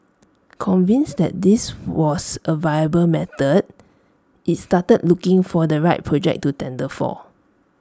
convinced that this was A viable method IT started looking for the right project to tender for